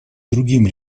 другим